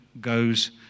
goes